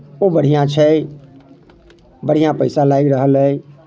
ओ बढ़िआँ छै बढ़िआँ पैसा लागि रहल अइ